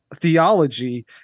theology